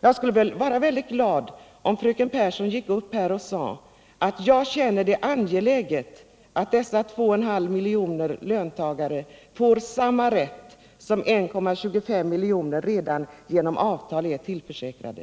Jag skulle bli väldigt glad om fröken Pehrsson gick upp här i talarstolen och sade att hon känner det som mycket angeläget att dessa 2,5 miljoner löntagare får samma rätt som 1.25 miljon redan genom avtal är tillförsäkrade.